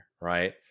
right